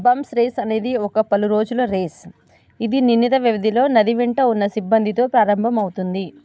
bumps race అనేది ఒక పలురోజుల రేస్ ఇది నిర్ణీత వ్యవధిలో నది వెంట ఉన్న సిబ్బందితో ప్రారంభమవుతుంది